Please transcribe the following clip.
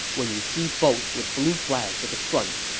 when you see boats with blue flags at the front,